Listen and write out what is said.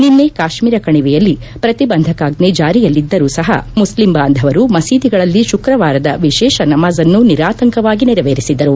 ನಿನ್ನೆ ಕಾಶ್ನೀರ ಕಣಿವೆಯಲ್ಲಿ ಪ್ರತಿಬಂಧಕಾಜ್ನೆ ಜಾರಿಯಲ್ಲಿದ್ದರೂ ಸಹ ಮುಸ್ಲಿಂ ಬಾಂಧವರು ಮಸೀದಿಗಳಲ್ಲಿ ಶುಕ್ತವಾರದ ವಿಶೇಷ ನಮಾಜ್ನ್ನು ನಿರಾಂತಕವಾಗಿ ನೆರವೇರಿಸಿದರು